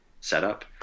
setup